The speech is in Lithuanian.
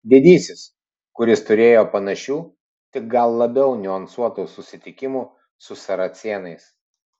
didysis kuris turėjo panašių tik gal labiau niuansuotų susitikimų su saracėnais